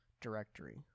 directory